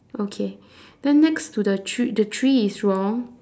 okay then next to the tr~ the tree is wrong